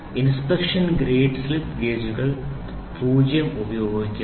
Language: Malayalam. ഇൻസ്പെക്ഷൻ ഗ്രേഡ് സ്ലിപ്പ് ഗേജുകളിൽ ഗ്രേഡ് 0 ഉപയോഗിക്കുന്നു